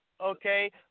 okay